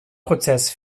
prozess